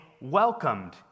welcomed